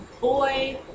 boy